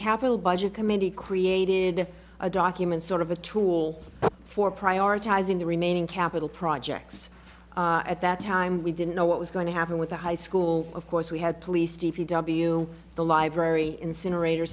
capital budget committee created a document sort of a tool for prioritizing the remaining capital projects at that time we didn't know what was going to happen with the high school of course we had police d p w the library incinerator